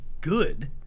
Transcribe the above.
good